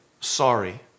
sorry